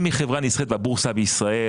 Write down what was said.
אם היא חברה נסחרת בבורסה בישראל,